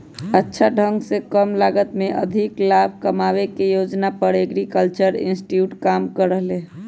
अच्छा ढंग से कम लागत में अधिक लाभ कमावे के योजना पर एग्रीकल्चरल इंस्टीट्यूट काम कर रहले है